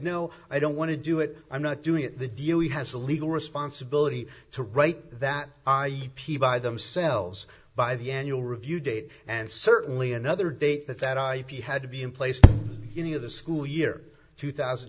no i don't want to do it i'm not doing it the deal he has a legal responsibility to write that p by themselves by the annual review date and certainly another date that that ip had to be in place any of the school year two thousand